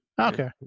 Okay